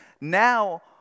now